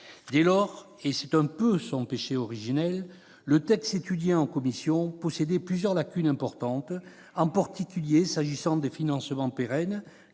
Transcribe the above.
Dès lors- c'est un peu son péché originel -, le texte étudié en commission présentait plusieurs lacunes importantes, en particulier s'agissant des financements pérennes